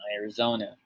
Arizona